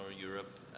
Europe